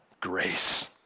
grace